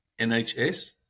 NHS